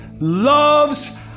loves